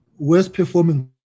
worst-performing